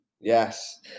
Yes